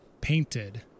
painted